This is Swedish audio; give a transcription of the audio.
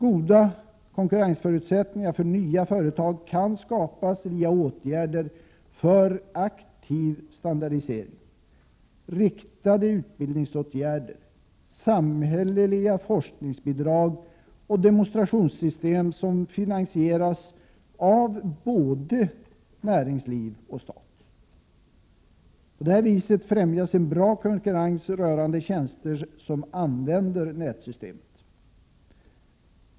Goda konkurrensförutsättningar för nya företag kan skapas via åtgärder för aktiv standardisering, riktade utbildningsåtgärder och samhälleliga forskningsbidrag och demonstrationssystem som finansieras av både näringsliv och stat. På detta vis främjas en bra konkurrens rörande tjänster som använder nätsystemet.